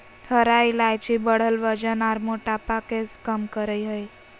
हरा इलायची बढ़ल वजन आर मोटापा के कम करई हई